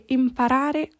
imparare